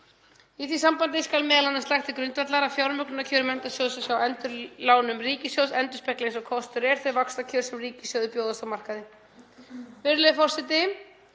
Í því sambandi skal m.a. lagt til grundvallar að fjármögnunarkjör Menntasjóðs hjá Endurlánum ríkissjóðs endurspegli eins og kostur er þau vaxtakjör sem ríkissjóði bjóðast á markaði. Virðulegi forseti.